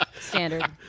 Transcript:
Standard